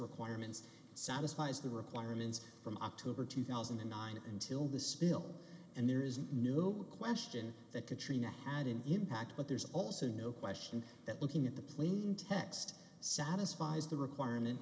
requirements satisfies the requirements from october two thousand and nine until the spill and there isn't no question that katrina had an impact but there's also no question that looking at the pleasing text satisfies the requirement